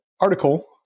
article